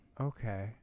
Okay